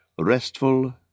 restful